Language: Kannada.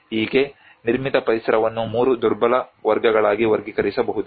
ಹೀಗೆ ನಿರ್ಮಿತ ಪರಿಸರವನ್ನು 3 ದುರ್ಬಲ ವರ್ಗಗಳಾಗಿ ವರ್ಗೀಕರಿಸಬಹುದು